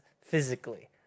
physically